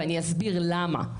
ואני אסביר למה.